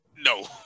No